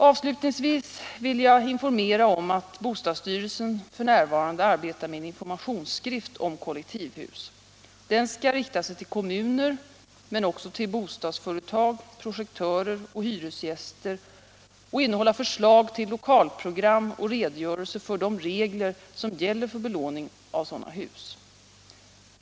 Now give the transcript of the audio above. Avslutningsvis vill jag informera om att bostadsstyrelsen f. n. arbetar med en informationsskrift om kollektivhus. Den skall rikta sig till kommuner men också till bostadsföretag, projektörer och hyresgäster och innehålla förslag till lokalprogram och redogörelse för de regler som gäller för belåning av sådana hus.